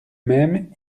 même